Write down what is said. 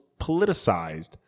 politicized